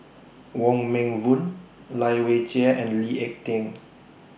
Wong Meng Voon Lai Weijie and Lee Ek Tieng